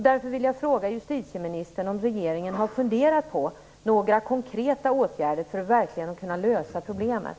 Därför vill jag fråga justitieministern om regeringen har funderat på några konkreta åtgärder, så att man verkligen kan lösa problemet.